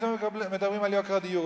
פתאום מדברים על יוקר הדיור.